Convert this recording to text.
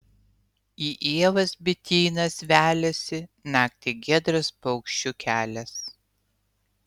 į ievas bitynas veliasi naktį giedras paukščių kelias